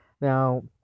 Now